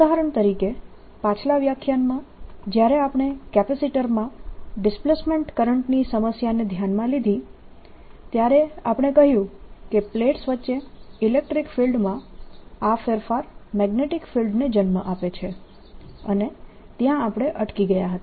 ઉદાહરણ તરીકે પાછલા વ્યાખ્યાનમાં જ્યારે આપણે કેપેસિટર માં ડિસ્પ્લેસમેન્ટ કરંટની સમસ્યાને ધ્યાનમાં લીધી ત્યારે આપણે કહ્યું કે પ્લેટ્સ વચ્ચે ઇલેક્ટ્રીક ફિલ્ડમાં આ ફેરફાર મેગ્નેટીક ફિલ્ડને જન્મ આપે છે અને ત્યાં આપણે અટકી ગયા હતા